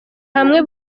hamwe